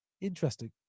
Interesting